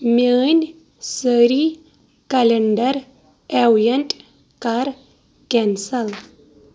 میٛٲنۍ سٲری calendar event کَر کٮ۪نسل